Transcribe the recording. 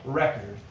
record.